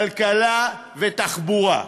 כלכלה ותחבורה: